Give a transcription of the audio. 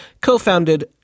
co-founded